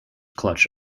clutch